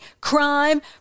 crime